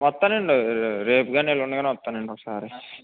వస్తాను అండి రేపు కానీ ఎల్లుండి కానీ వస్తాను అండి ఒకసారి